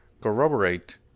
corroborate